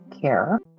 care